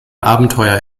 abenteuer